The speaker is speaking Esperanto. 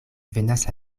venas